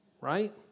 right